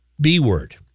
B-word